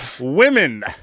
women